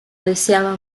deseaba